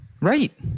right